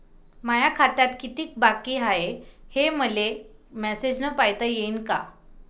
माया खात्यात कितीक बाकी हाय, हे मले मेसेजन पायता येईन का?